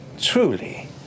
truly